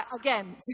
again